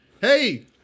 Hey